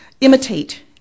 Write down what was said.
imitate